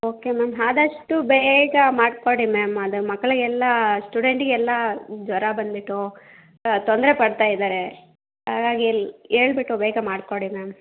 okay ma'am ಆದಷ್ಟು ಬೇಗ ಮಾಡಿಕೊಡಿ ಮ್ಯಾಮ್ ಅದು ಮಕ್ಳಿಗೆಲ್ಲ ಸ್ಟುಡೆಂಟಿಗೆಲ್ಲ ಜ್ವರ ಬಂದ್ಬಿಟ್ಟು ತೊಂದರೆ ಪಡ್ತಾ ಇದ್ದಾರೆ ಹಾಗಾಗಿಲ್ ಹೇಳ್ಬಿಟ್ಟು ಬೇಗ ಮಾಡಿಕೊಡಿ ಮ್ಯಾಮ್